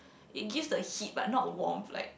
it gives the heat but not warmth like